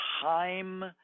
time